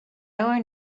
learn